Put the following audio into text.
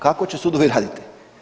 Kako će sudovi raditi?